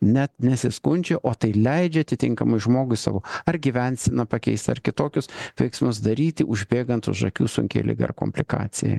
net nesiskundžia o tai leidžia atitinkamai žmogui savo ar gyvenseną pakeist ar kitokius veiksmus daryti užbėgant už akių sunkiai ligai ar komplikacijai